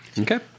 Okay